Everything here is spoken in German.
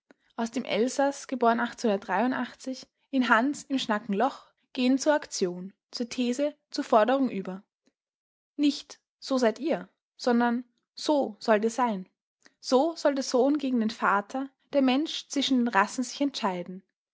aus dem elsaß in hans im schnakenloch gehen zur aktion zur these zur forderung über nicht so seid ihr sondern so sollt ihr sein so soll der sohn gegen den vater der mensch zwischen den rassen sich entscheiden